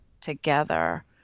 together